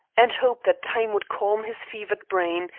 and hope that time would calm his fevered brain,